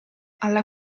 alla